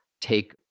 take